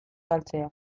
galtzea